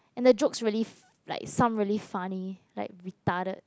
and the joke's really like sound really funny like retarded